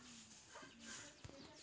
Bank में ऋण मिलते?